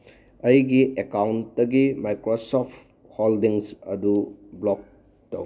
ꯑꯩꯒꯤ ꯑꯦꯀꯥꯎꯟꯇꯒꯤ Microsoft holdings ꯑꯗꯨ ꯕ꯭ꯂꯦꯛ ꯇꯧ